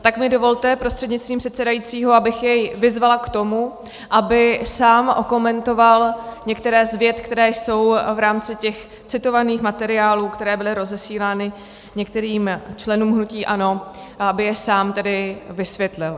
Tak mi dovolte prostřednictvím předsedajícího, abych jej vyzvala k tomu, aby sám okomentoval některé z vět, které jsou v rámci těch citovaných materiálů, které byly rozesílány některým členům hnutí ANO, aby je sám tedy vysvětlil.